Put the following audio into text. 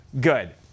good